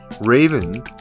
Raven